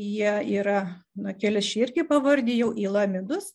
jie yra nu kelis čia irgi pavardijau yla midus